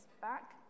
back